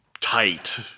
tight